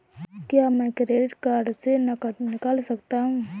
क्या मैं credit card से नकद निकाल सकता हूँ?